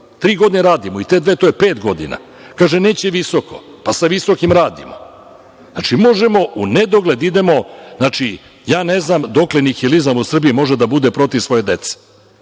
tri godine radimo i te dve, to je pet godina. Kaže neće visoko. Pa sa visokim radimo. Znači možemo u nedogled da idemo. Ne znam dokle nihilizam u Srbiji može da bude protiv svoje dece.